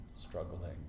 struggling